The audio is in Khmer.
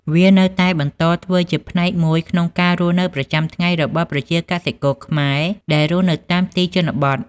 វានៅតែបន្តធ្វើជាផ្នែកមួយក្នុងការរស់នៅប្រចាំថ្ងៃរបស់ប្រជាកសិករខ្មែរដែលរស់នៅតាមទីជនបទ។